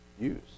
use